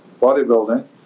bodybuilding